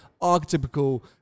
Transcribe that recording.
archetypical